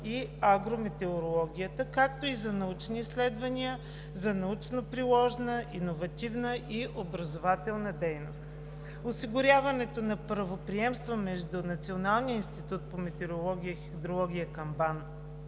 и агрометеорологията, както и за научни изследвания, за научно-приложна, иновативна и образователна дейност. Осигуряването на правоприемства между Националния институт по метеорология и хидрология към